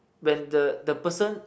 when the the person